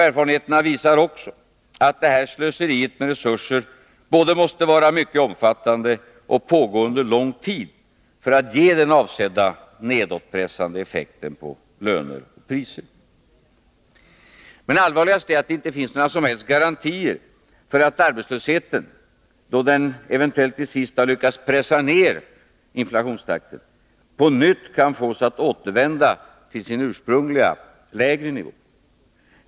Erfarenheterna visar också att detta slöseri med resurser både måste vara mycket omfattande och måste pågå under lång tid för att ge den avsedda nedåtpressande effekten på löner och priser. Men allvarligast är att det inte finns några som helst garantier för att arbetslösheten, då den eventuellt till sist har lyckats pressa ned inflationstakten, på nytt kan fås att återvända till sin ursprungliga, lägre nivå.